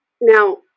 Now